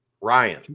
Ryan